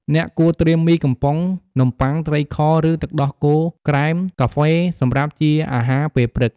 អ្នកគួរត្រៀមមីកំប៉ុង នំបុ័ង ត្រីខ ឬទឹកដោះគោក្រែម កាហ្វេ សម្រាប់ជាអាហារពេលព្រឹក ។